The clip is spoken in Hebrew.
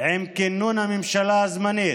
עם כינון הממשלה הזמנית,